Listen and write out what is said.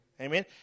Amen